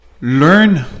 Learn